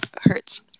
hurts